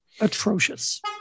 atrocious